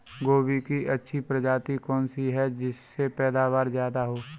गोभी की अच्छी प्रजाति कौन सी है जिससे पैदावार ज्यादा हो?